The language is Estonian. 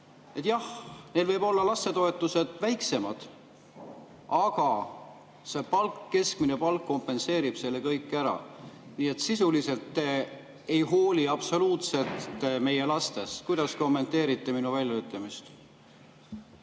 Jah, neil võivad olla lastetoetused väiksemad, aga keskmine palk kompenseerib selle kõik ära. Nii et sisuliselt te ei hooli absoluutselt meie lastest. Kuidas kommenteerite minu väljaütlemist?